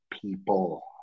people